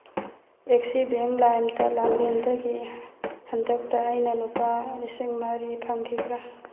axis Bank ꯂꯥꯏꯝꯗ ꯂꯥꯡꯂꯦꯟꯗꯒꯤ ꯍꯟꯗꯛꯇ ꯑꯩꯅ ꯂꯨꯄꯥ ꯂꯤꯁꯤꯡ ꯃꯔꯤ ꯐꯪꯈꯤꯕ꯭ꯔꯥ